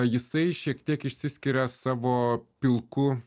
jisai šiek tiek išsiskiria savo pilku